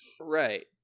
Right